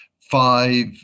five